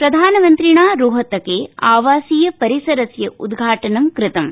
प्रधानमन्त्रिणा रोहतके आवासीय परिसरस्य उद्घाटनं कृतम्